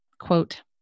quote